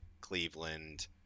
Cleveland